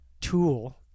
tool